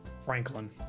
Franklin